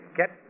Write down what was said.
get